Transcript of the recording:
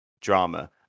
drama